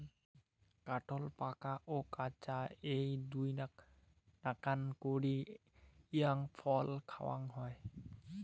কাঠোল পাকা ও কাঁচা এ্যাই দুইনাকান করি ইঞার ফল খাওয়াং হই